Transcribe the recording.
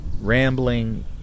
rambling